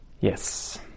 Yes